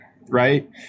right